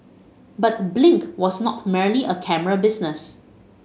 but Blink was not merely a camera business